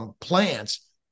plants